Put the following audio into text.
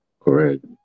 Correct